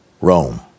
Rome